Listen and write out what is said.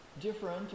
different